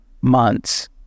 months